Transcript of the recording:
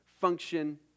function